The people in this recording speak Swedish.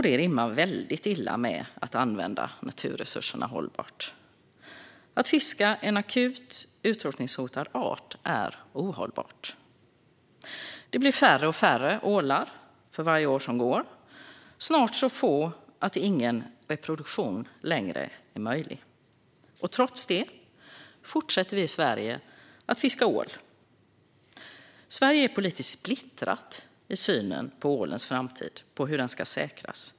Det rimmar väldigt illa med att använda naturresurserna hållbart. Att fiska en akut utrotningshotad art är ohållbart. Det blir färre och färre ålar för varje år som går. Snart finns det så få att ingen reproduktion längre är möjlig. Och trots det fortsätter vi i Sverige att fiska ål. Sverige är politiskt splittrat i synen på hur ålens framtid ska säkras.